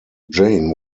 jane